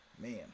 Man